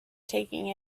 taking